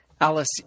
Alice